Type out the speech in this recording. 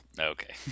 okay